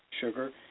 Sugar